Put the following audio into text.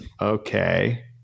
okay